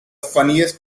funniest